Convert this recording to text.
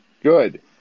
Good